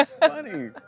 funny